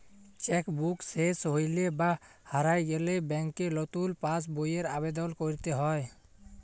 cheque book শেস হৈলে বা হারায় গেলে ব্যাংকে লতুন পাস বইয়ের আবেদল কইরতে হ্যয়